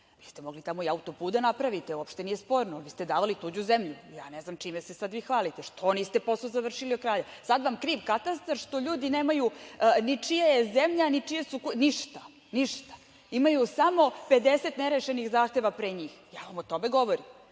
Vi ste mogli tamo i auto-put da napravite, uopšte nije sporno, vi ste davali tuđu zemlju. Ja ne znam čime se sad vi hvalite. Što niste posao završili do kraja? Sad vam je kriv katastar što ljudi nemaju ni čija je zemlja, ni čije su kuće, ništa. Imaju samo 50 nerešenih zahteva pre njih. Ja vam o tome govorim.